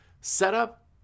Setup